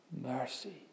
mercy